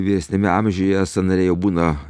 vyresniame amžiuje sąnariai jau būna